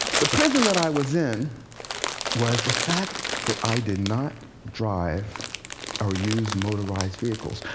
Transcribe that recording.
the prison that i was in was the fact that i did not drive or use motorized vehicles.